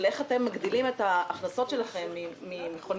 של איך אתם מגדילים את ההכנסות שלכם ממכוניות,